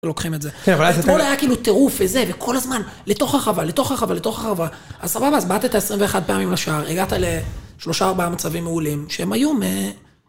לוקחים את זה. אתמול היה כאילו טירוף, וזה, וכל הזמן, לתוך הרחבה, לתוך הרחבה, לתוך הרחבה. אז סבבה, אז בעטת 21 פעמים לשער, הגעת לשלושה ארבעה מצבים מעולים, שהם היום..